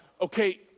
okay